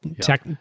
tech